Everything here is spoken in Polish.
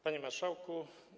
Panie Marszałku!